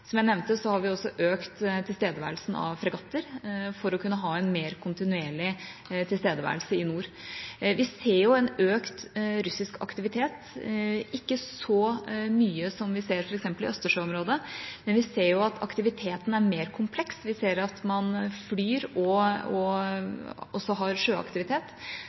Som jeg nevnte, har vi også økt tilstedeværelsen av fregatter for å kunne ha en mer kontinuerlig tilstedeværelse i nord. Vi ser en økt russisk aktivitet – ikke så mye som f.eks. i østersjøområdet – men vi ser at aktiviteten er mer kompleks. Vi ser at man flyr og har en sjøaktivitet som er større og